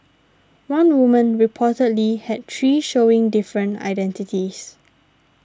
one woman reportedly had three showing different identities